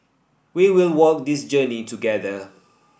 we will walk this journey together